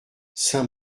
saint